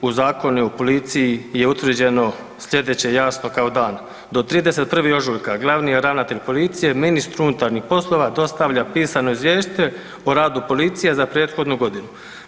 U Zakonu o policiji je utvrđeno sljedeće jasno kao dan, do 31. ožujka glavni ravnatelj policije ministru unutarnjih poslova dostavlja pisano Izvješće o radu policije za prethodnu godinu.